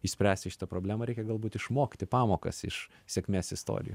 išspręsti šitą problemą reikia galbūt išmokti pamokas iš sėkmės istorijų